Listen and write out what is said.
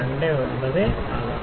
29 ആകാം